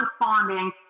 responding